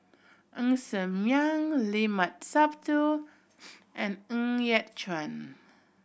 Ng Ser Miang Limat Sabtu and Ng Yat Chuan